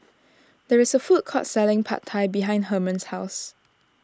there is a food court selling Pad Thai behind Hermon's house